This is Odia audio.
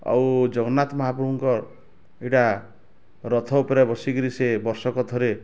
ଆଉ ଜଗନ୍ନାଥ୍ ମହାପ୍ରଭୁଙ୍କର୍ ଏଇଟା ରଥ ଉପରେ ବସିକିରି ସେ ବର୍ଷକ ଥରେ